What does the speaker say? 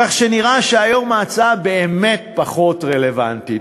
כך שנראה שהיום ההצעה באמת פחות רלוונטית,